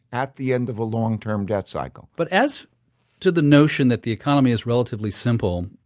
at the end of a long-term debt cycle. but as to the notion that the economy is relatively simple,